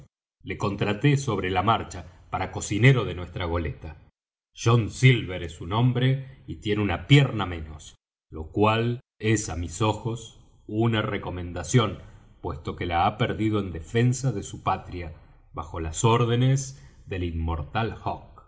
le contraté sobre la marcha para cocinero de nuestra goleta john silver es su nombre y tiene una pierna menos lo cual es á mis ojos una recomendación puesto que la ha perdido en defensa de su patria bajo las órdenes del inmortal